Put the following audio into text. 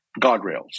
guardrails